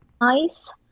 nice